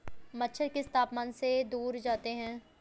मच्छर किस तापमान से दूर जाते हैं?